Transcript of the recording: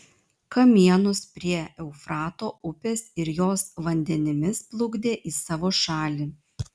kamienus prie eufrato upės ir jos vandenimis plukdė į savo šalį